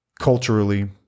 culturally